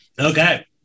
Okay